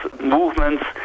movements